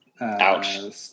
Ouch